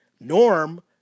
Norm